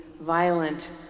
violent